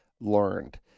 learned